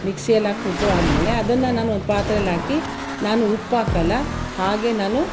ಮಿಕ್ಸಿಯಲ್ಲಿ ಹಾಕಿ ರುಬ್ಬಿ ಆದ್ಮೇಲೆ ಅದನ್ನು ನಾನು ಒಂದು ಪಾತ್ರೆಯಲ್ಲಿ ಹಾಕಿ ನಾನು ಉಪ್ಪು ಹಾಕೋಲ್ಲ ಹಾಗೆ ನಾನು